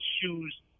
shoes